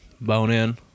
bone-in